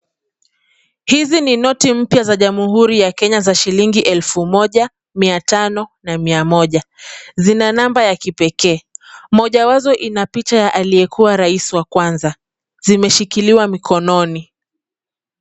Hizi ni noti mpya za jamhuri ya Kenya za shilingi elfu moja, mia tano na mia moja . Zina namba ya kipekee . Moja wazo ina picha ya aliyekuwa rais wa kwanza. Zimeshikiliwa mkononi.